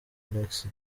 alex